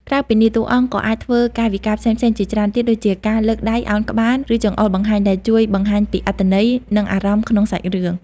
ក្រៅពីនេះ តួអង្គក៏អាចធ្វើកាយវិការផ្សេងៗជាច្រើនទៀត ដូចជាការលើកដៃ ឱនក្បាល ឬចង្អុលបង្ហាញ ដែលជួយបង្ហាញពីអត្ថន័យ និងអារម្មណ៍ក្នុងសាច់រឿង។